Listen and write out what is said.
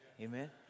amen